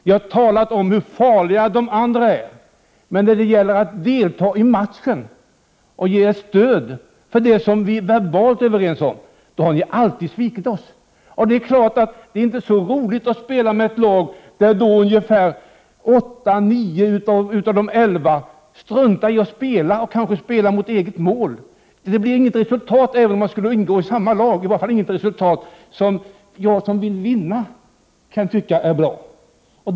Ni talar om hur farliga de andra är, men när det gäller att delta i matchen och ge stöd för det som vi verbalt är överens om, har ni alltid svikit oss. Och det är klart att det inte är så roligt att spela med ett lag där åtta eller nio av de elva struntar i spelet eller kanske t.o.m. spelar mot eget mål. Det blir inget resultat, i varje fall inget resultat som jag som vill vinna kan tycka är bra.